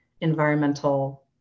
environmental